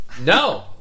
No